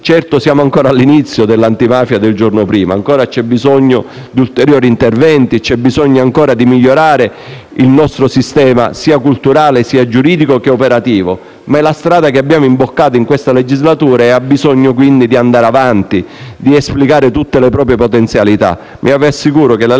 Certo, siamo ancora all'inizio dell'antimafia del giorno prima. Ancora c'è bisogno di ulteriori interventi e c'è bisogno ancora di migliorare il nostro sistema sia culturale sia giuridico, che operativo, ma è la strada che abbiamo imboccato in questa legislatura e ha bisogno, quindi, di andare avanti, di esplicare tutte le proprie potenzialità. Vi assicuro, però,